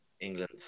England